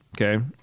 Okay